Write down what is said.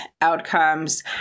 outcomes